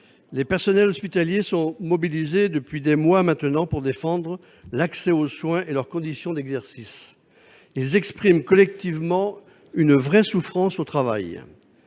les personnels hospitaliers sont désormais mobilisés depuis des mois pour défendre l'accès aux soins et leurs conditions d'exercice. Ils expriment collectivement une vraie souffrance au travail.